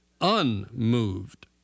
unmoved